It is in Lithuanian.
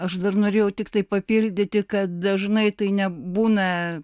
aš dar norėjau tiktai papildyti kad dažnai tai nebūna